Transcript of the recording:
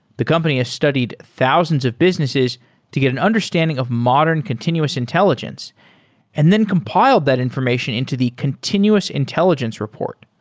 the company has studied thousands of businesses to get an understanding of modern continuous intelligence and then compile that information into the continuous intelligence report,